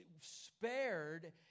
spared